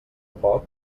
poc